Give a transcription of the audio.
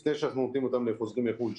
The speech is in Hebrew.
לפני שאנחנו נותנים אותן לחוזרים מחו"ל.